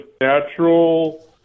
natural